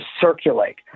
circulate